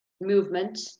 movement